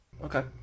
Okay